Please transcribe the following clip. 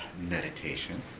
meditation